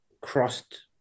crossed